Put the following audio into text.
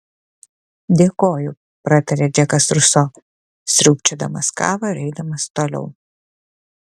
dėkoju pratarė džekas ruso sriūbčiodamas kavą ir eidamas toliau